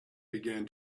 began